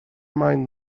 mind